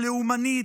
לאומנית,